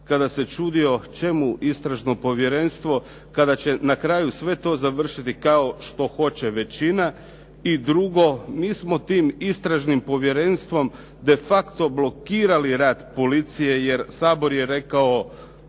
kada se čudio čemu Istražno povjerenstvo kada će na kraju sve to završiti kao što hoće većina. I drugo, mi smo tim Istražnim povjerenstvom de facto blokirali rad policije, jer Sabor je rekao